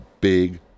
big